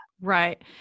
Right